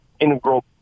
integral